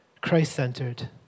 Christ-centered